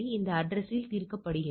இந்த அட்ரஸ்யில் தீர்க்கப்படுகிறது